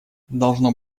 должно